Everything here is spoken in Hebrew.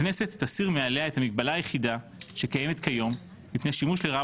הכנסת תסיר מעליה את המגבלה היחידה שקיימת כיום מפני שימוש לרעה